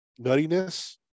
nuttiness